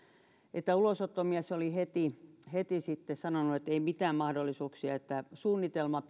että ulosottomies oli heti heti sitten sanonut että ei mitään mahdollisuuksia että suunnitelma